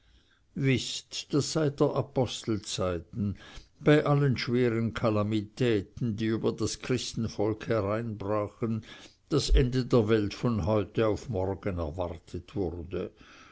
daß seit der apostel zeiten bei allen schweren kalamitäten die über das christenvolk hereinbrachen das ende der welt von heute auf morgen erwartet wurde